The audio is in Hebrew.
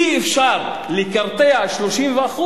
אי-אפשר לקרטע עם 30%,